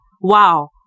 wow